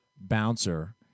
bouncer